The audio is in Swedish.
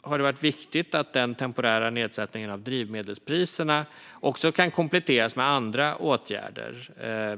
har det varit viktigt att den temporära nedsättningen av drivmedelspriserna kan kompletteras med andra åtgärder.